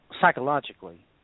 psychologically